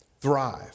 thrive